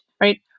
right